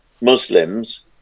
Muslims